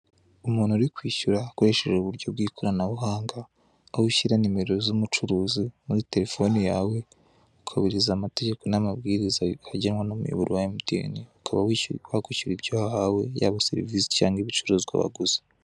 Umuntu uri kwishyura akoresheje uburwo bw'ikoranabuhanga, aho ushyira nimero z'umucuruzi muri telefone yawe, ukabihiriza amatageko n'amabwiriza agenwa n'umuyoboro wa emutiyene, ukaba wakwishyura ibyo wahawe, cyanwa serivisi, cyangwa ibicuruzwa waguze.